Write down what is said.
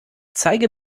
zeige